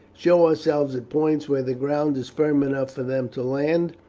show ourselves at points where the ground is firm enough for them to land,